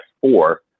four